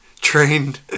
Trained